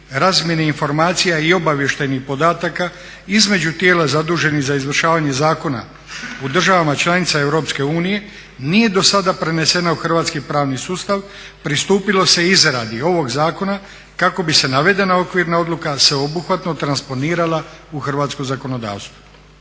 razmjeni informacija i obavještajnih podataka između tijela zaduženih za izvršavanje zakona u državama članicama EU nije do sada prenesena u hrvatski pravni sustava, pristupilo se izradi ovog zakona kako bi se navedena okvirna odluka sveobuhvatno transponirala u hrvatsko zakonodavstvo.